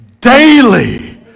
Daily